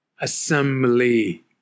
Assembly